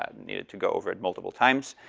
ah needed to go over it multiple times.